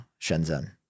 Shenzhen